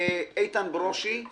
איתן ברושי;